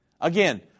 Again